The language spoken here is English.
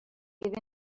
give